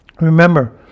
Remember